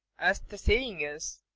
as the saying is,